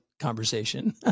Conversation